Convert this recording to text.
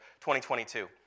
2022